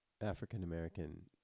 African-American